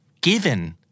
given